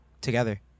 together